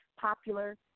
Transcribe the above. popular